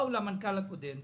באו למנכ"ל הקודם,